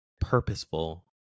purposeful